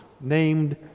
named